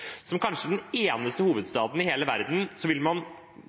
Som i kanskje den eneste hovedstaden i hele verden vil man